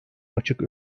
açık